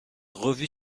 revues